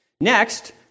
Next